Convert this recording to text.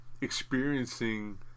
experiencing